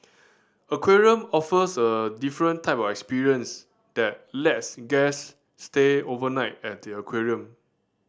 aquarium offers a different type of experience that lets guest stay overnight at the aquarium